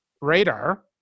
radar